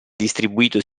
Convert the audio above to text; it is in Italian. distribuito